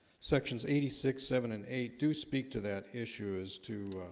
sections eighty six seven and eight do speak to that issue as to